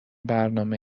برنامه